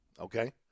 Okay